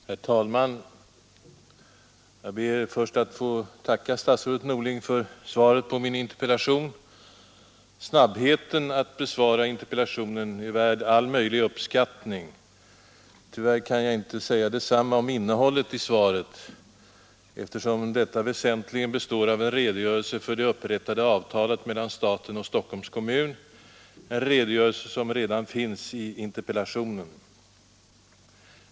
Herr talman! Jag ber först att få tacka statsrådet Norling för svaret på min interpellation. Snabbheten att besvara interpellationen är värd all möjlig uppskattning. Tyvärr kan jag inte säga detsamma om innehållet i svaret, eftersom detta väsentligen består av en redogörelse för det upprättade avtalet mellan staten och Stockholms kommun, en redogörelse som redan finns i interpellationen.